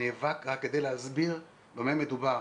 נאבק רק כדי להסביר במה מדובר.